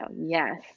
yes